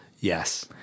Yes